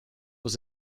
was